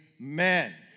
Amen